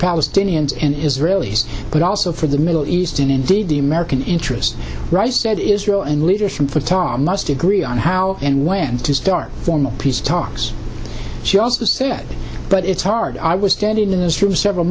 palestinians and israelis but also for the middle east and indeed the american interest rice said israel and leaders from fatah must agree on how and when to start formal peace talks she also said but it's hard i was standing in this through several